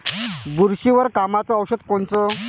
बुरशीवर कामाचं औषध कोनचं?